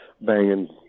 banging